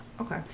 Okay